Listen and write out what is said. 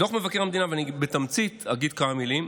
דוח מבקר המדינה, אני בתמצית אגיד כמה מילים.